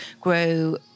grow